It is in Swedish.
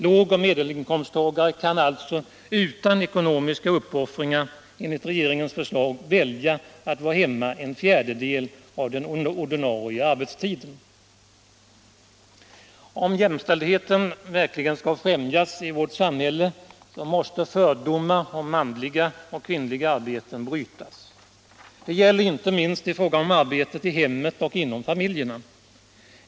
Lågoch medelinkomsttagare kan utan ekonomiska uppoffringar — enligt regeringens förslag — välja att vara hemma en fjärdedel av den ordinarie arbetstiden. Om jämställdheten verkligen skall främjas i vårt samhälle måste för 59 domar om manliga och kvinnliga arbeten brytas. Det gäller inte minst arbetet i hemmet och inom familjerna.